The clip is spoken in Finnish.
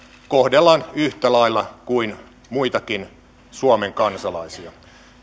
kohdellaan yhtä lailla kuin muitakin suomen kansalaisia